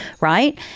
Right